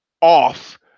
off